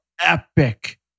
epic